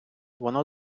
воно